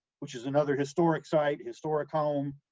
which is another historic site, historic home,